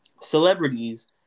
celebrities